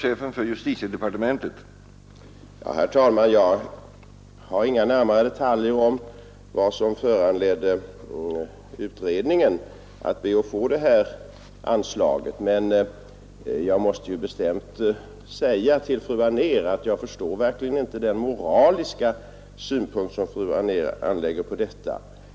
Herr talman! Jag har inga närmare detaljer om vad som föranledde utredningen att be att få det här anslaget, men jag måste bestämt säga till fru Anér att jag verkligen inte förstår den moraliska synpunkt som hon anlägger på problemet.